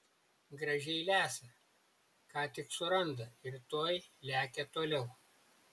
gražiai lesa ką tik suranda ir tuoj lekia toliau